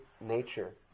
nature